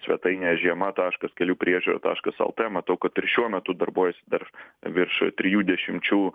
svetainė žiema taškas kelių priežiūra taškas lt matau kad ir šiuo metu darbuojasi dar virš trijų dešimčių